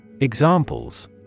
Examples